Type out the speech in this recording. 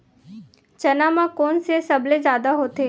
चना म कोन से सबले जादा होथे?